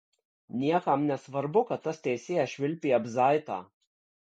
niekam nesvarbu kad tas teisėjas švilpė abzaitą